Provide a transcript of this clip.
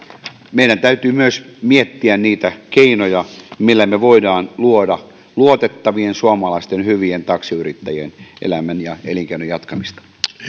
meidän täytyy myös miettiä niitä keinoja millä me voimme luoda luotettavien suomalaisten hyvien taksiyrittäjien elämän ja elinkeinon jatkamista